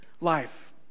life